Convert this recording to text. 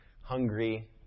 hungry